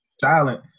silent